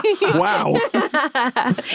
wow